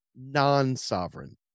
non-sovereign